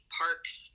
parks